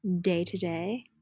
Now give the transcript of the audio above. day-to-day